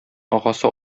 агасы